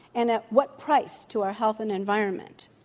and at what price to our health and environment?